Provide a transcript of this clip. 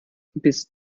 bist